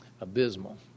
abysmal